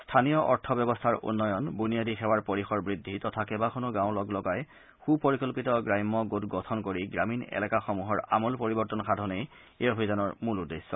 স্থানীয় অৰ্থব্যৱস্থাৰ উন্নয়ন বুনিয়াদী সেৱাৰ পৰিসৰ বুদ্ধি তথা কেইবাখনো গাঁও লগলগাই সুপৰিকল্পিত গ্ৰাম্য গোট গঠন কৰি গ্ৰামীণ এলেকাসমূহৰ আমূল পৰিৱৰ্তন সাধনেই এই অভিযানৰ মূল উদ্দেশ্য